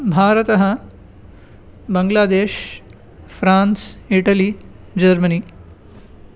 Bharat Bangladesh France Italy Germany